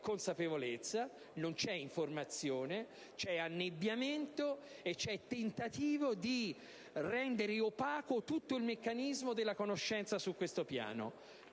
consapevolezza e informazione, ma annebbiamento e tentativo di rendere opaco tutto il meccanismo della conoscenza su questo piano.